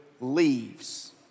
leaves